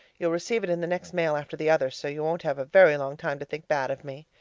you'll receive it in the next mail after the other so you won't have a very long time to think bad of me.